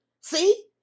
see